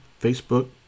Facebook